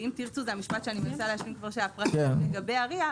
ואם תרצו זה המשפט שאני מנסה להשלים כבר שעה פרטים לגבי ה-RIA,